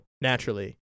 naturally